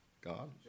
God